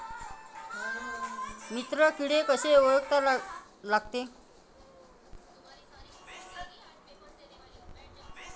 मित्र किडे कशे ओळखा लागते?